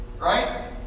right